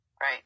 Right